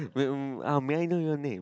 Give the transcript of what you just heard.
wait wai~ um may I know your name